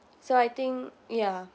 so I think ya